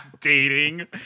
Dating